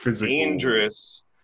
dangerous